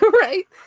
Right